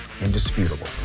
indisputable